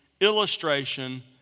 illustration